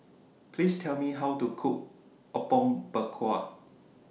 Please Tell Me How to Cook Apom Berkuah